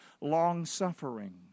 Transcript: Long-suffering